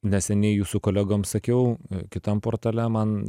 neseniai jūsų kolegoms sakiau kitam portale man